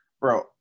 Bro